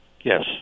Yes